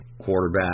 Quarterback